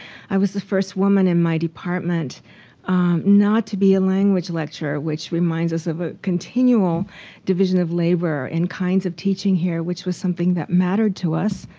i was the first woman in my department not to be a language lecturer, which reminds us of a continual division of labor in kinds of teaching here. which was something that mattered to us.